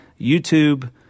YouTube